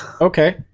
Okay